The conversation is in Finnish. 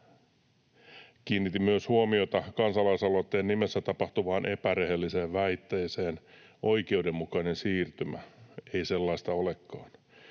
Kiinnitin myös huomiota kansalaisaloitteen nimessä tapahtuvaan epärehelliseen väitteeseen ”oikeudenmukainen siirtymä”. Ei sellaista olekaan.